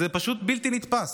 זה פשוט בלתי נתפס.